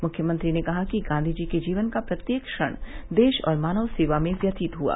मुख्यमंत्री ने कहा कि गांधी जी के जीवन का प्रत्येक क्षण देश और मानव सेवा में व्यतीत हुआ